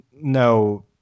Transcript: no